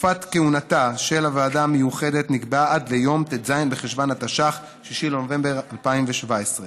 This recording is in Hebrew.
אבקש להודיע בזאת על חילופי אישים